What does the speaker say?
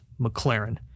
McLaren